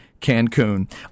Cancun